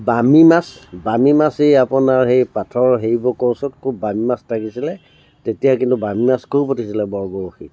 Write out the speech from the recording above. বামি মাছ বামি মাছ এই আপোনাৰ সেই পাথৰ সেইবোকৰ ওচৰত খুব বামি মাছ থাকিছিলে তেতিয়া কিন্তু বামি মাছ খুব উঠিছিলে বৰ বৰশীত